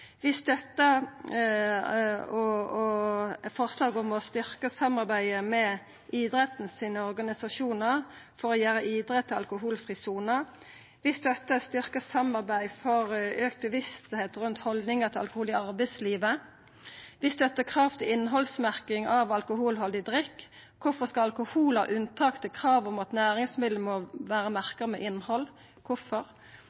Vi støttar forslaget om å styrkja samarbeidet med idrettens organisasjonar for å gjera idretten til alkoholfri sone. Vi støttar styrkt samarbeid for å auka bevisstheita rundt haldningar til alkohol i arbeidslivet. Vi støttar kravet til innhaldsmerking av alkoholhaldig drikk. Kvifor skal alkohol ha unntak frå kravet om at næringsmiddel må